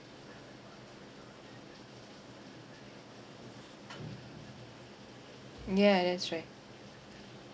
ya that's right